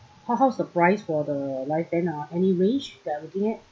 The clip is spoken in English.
how how's the price for the live band uh any range that I'm looking at